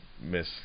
Miss